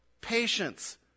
patience